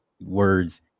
words